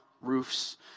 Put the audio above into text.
roofs